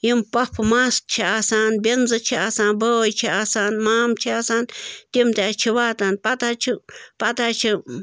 یِم پۄپھٕ ماسہٕ چھِ آسان بینزٕ چھِ آسان بٲے چھِ آسان مام چھِ آسان تِم تہِ حظ چھِ واتان پَتہٕ حظ چھِ پَتہٕ حظ چھِ